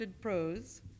prose